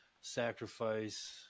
sacrifice